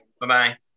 Bye-bye